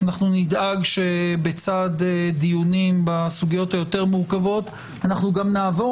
נדאג שבצד דיונים בסוגיות היותר מורכבות אנחנו גם נעבור